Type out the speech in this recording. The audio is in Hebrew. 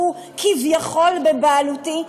שהוא כביכול בבעלותי,